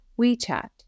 WeChat